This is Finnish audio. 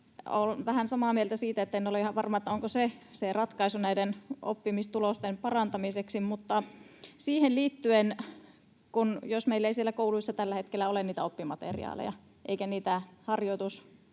Olen vähän samaa mieltä siitä, että en ole ihan varma, onko se ratkaisu näiden oppimistulosten parantamiseksi, mutta siihen liittyen: Jos meillä ei siellä kouluissa tällä hetkellä ole niitä oppimateriaaleja eikä niitä harjoitustehtäviä,